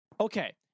Okay